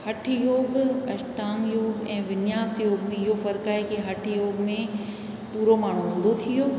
हठु योग अष्टांग योग ऐं विनियास योग में इहो फ़र्क़ु आहे के हठु योग में पूरो माण्हू ऊंधो थी वियो